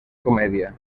comedia